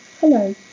Hello